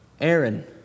Aaron